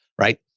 right